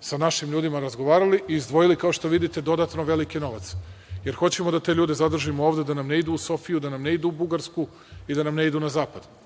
sa našim ljudima razgovarali i izdvojili kao što vidite dodatno veliki novac, jer hoćemo da te ljude zadržimo ovde, da nam ne idu u Sofiju, da nam ne idu u Bugarsku i da nam ne idu na Zapad.